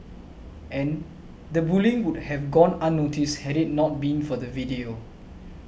and the bullying would have gone unnoticed had it not been for the video